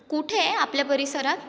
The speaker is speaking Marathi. कुठे आहे आपल्या परिसरात